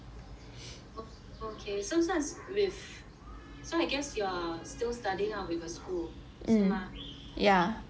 oh okay so this one's with so I guess you are still studying ah with a school 是吗